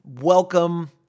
welcome